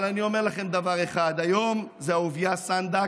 אבל אני אומר לכם דבר אחד: היום זה אהוביה סנדק,